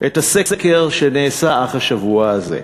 את הסקר שנעשה אך השבוע הזה,